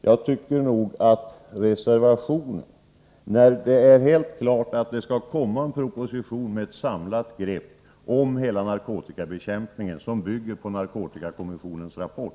Jag tycker att er reservation i detta avseende ändå är ett slag i luften, när det är helt klart att det skall komma en proposition med förslag till ett samlat grepp om hela narkotikabekämpningen, ett förslag som bygger på narkotikakommissionens rapport.